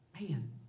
man